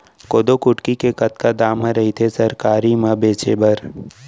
कोदो कुटकी के कतका दाम ह रइथे सरकारी म बेचे बर?